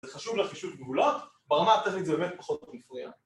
זה חשוב לחישוב גבולות, ברמה הטכנית זה באמת פחות מפריע